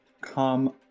come